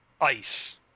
ice